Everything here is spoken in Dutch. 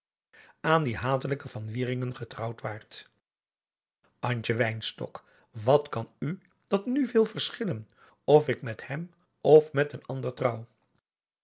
aan dien hatelijken van wieringen getrouwd waart antje wynstok wat kan u dat nu veel verschillen of ik met hem of met een ander trouw